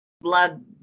blood